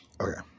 Okay